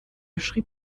schrieb